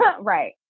right